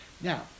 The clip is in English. Now